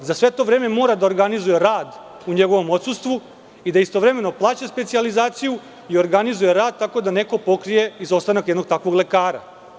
Za sve to vreme mora da organizuje rad u njegovom odsustvu, i da istovremeno plaća specijalizaciju i organizuje rad tako da neko pokrije izostanak jednog takvog lekara.